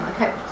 Okay